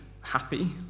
happy